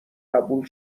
قبول